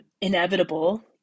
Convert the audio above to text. inevitable